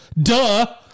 Duh